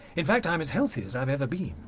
in fact i'm as healthy as i've ever been!